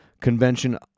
convention